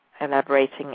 elaborating